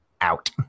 out